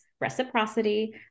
reciprocity